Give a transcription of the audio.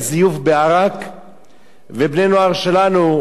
ובני-הנוער שלנו אוהבים לשתות, ברוך השם,